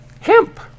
hemp